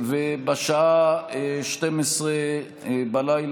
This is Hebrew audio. ובשעה 24:00,